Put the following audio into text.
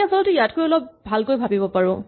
আমি আচলতে ইয়াতকৈ অলপ ভালকৈ কৰিব পাৰো